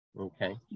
Okay